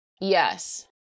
Yes